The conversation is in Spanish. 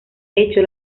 hecho